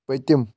پٔتِم